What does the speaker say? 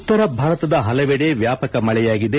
ಉತ್ತರ ಭಾರತದ ಹಲವೆಡೆ ವ್ಯಾಪಕ ಮಳೆಯಾಗಿದೆ